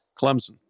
clemson